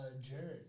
Jared